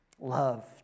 Love